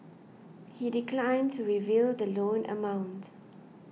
he declined to reveal the loan amount